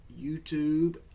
YouTube